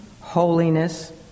holiness